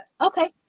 Okay